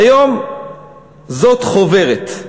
היום זאת חוברת.